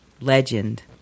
legend